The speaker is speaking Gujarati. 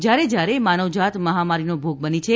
જયારે જયારે માનવજાત મહામારીનો ભોગ બની છે